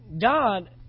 God